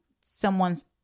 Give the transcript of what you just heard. someone's